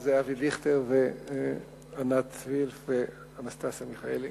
שזה אבי דיכטר ועינת וילף ואנסטסיה מיכאלי